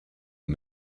him